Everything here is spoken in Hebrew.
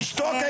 אתה תשתוק.